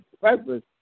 purpose